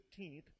15th